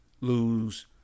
lose